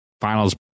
finals